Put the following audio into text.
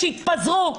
שיתפזרו.